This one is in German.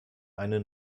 eine